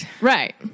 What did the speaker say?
right